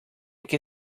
que